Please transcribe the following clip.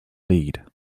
lead